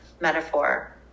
metaphor